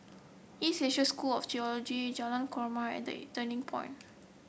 East Asia School of Theology Jalan Korma and The Turning Point